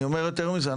אני אומר יותר מזה,